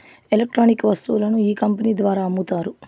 electronic వస్తువులను ఈ company ద్వారా అమ్ముతారు